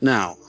Now